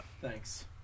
Thanks